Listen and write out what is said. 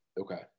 okay